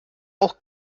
auch